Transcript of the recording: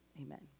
amen